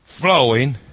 flowing